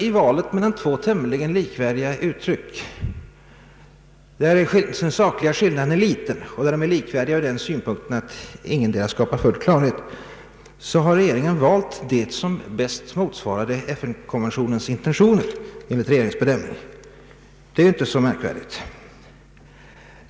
I valet mellan två tämligen likvärdiga uttryck, där den sakliga skillnaden är liten och där de är likvärdiga från den synpunkten att ingetdera skapar full klarhet, har regeringen valt det uttryck som enligt dess bedömning bäst motsvarar FN-konventionens intentioner. Det är inte så märkvärdigt.